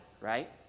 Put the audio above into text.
right